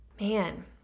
man